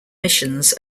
missions